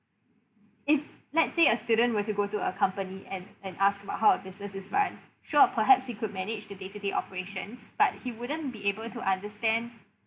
if let's say a student were to go to a company and and asked about how a business is run sure perhaps he could manage the day to day operations but he wouldn't be able to understand